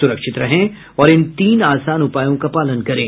सुरक्षित रहें और इन तीन आसान उपायों का पालन करें